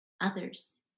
others